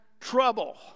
trouble